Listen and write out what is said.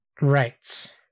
Right